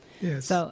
Yes